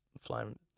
flying